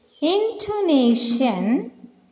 intonation